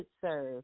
serve